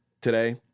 today